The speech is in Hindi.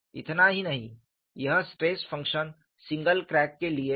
इतना ही नहीं यह स्ट्रेस फंक्शन सिंगल क्रैक के लिए है